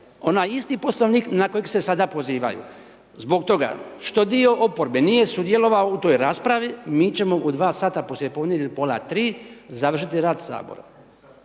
onaj isti Poslovnik na kojeg se sada pozivaju. Zbog toga što dio oporbe nije sudjelovao u toj raspravi mi ćemo u 2 sata poslije podne ili pola 3 završiti rad Sabora.